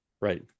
Right